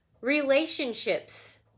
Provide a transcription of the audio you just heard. Relationships